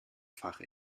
fach